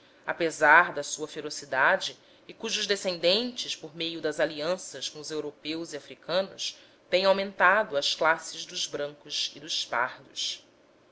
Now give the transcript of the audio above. apesar da sua ferocidade e cujos descendentes por meio das alianças com os europeus e africanos têm aumentado as classes dos brancos e dos pardos